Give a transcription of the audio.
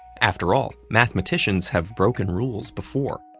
after all, mathematicians have broken rules before.